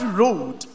road